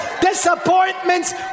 disappointments